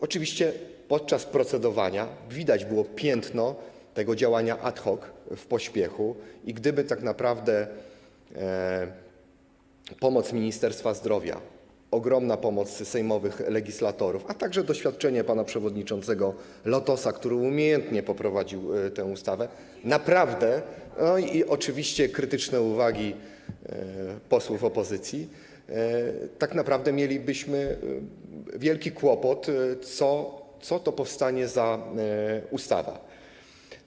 Oczywiście podczas procedowania widać było piętno tego działania ad hoc, w pośpiechu, i tak naprawdę gdyby nie pomoc Ministerstwa Zdrowia, ogromna pomoc sejmowych legislatorów, a także doświadczenie pana przewodniczącego Latosa, który umiejętnie poprowadził tę ustawę, no i oczywiście krytyczne uwagi posłów opozycji, tak naprawdę mielibyśmy wielki kłopot, co to za ustawa powstanie.